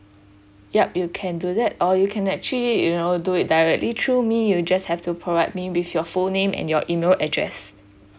yup you can do that or you can actually you know do it directly through me you just have to provide me with your full name and your email address